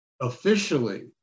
officially